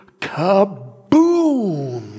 kaboom